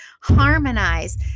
harmonize